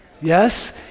Yes